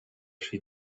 she